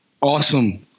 awesome